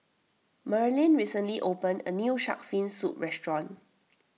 Merlyn recently opened a new Shark's Fin Soup restaurant